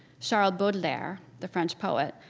charles baudelaire, the french poet,